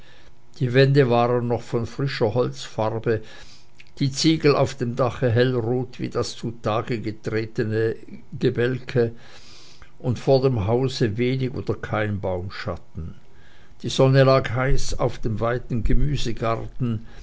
die wände waren noch von frischer holzfarbe die ziegel auf dem dache hellrot wie das zutage tretende gebälke und vor dem hause wenig oder kein baumschatten die sonne lag heiß auf dem weiten gemüsegarten